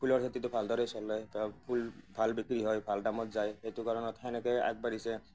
ফুলৰ খেতিটো ভালদৰে চলে তাৰ ফুল ভাল বিক্ৰী হয় ভাল দামত যায় সেইটো কাৰণত সেনেকে আগবাঢ়িছে